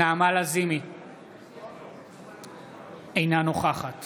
אינה נוכחת